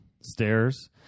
stairs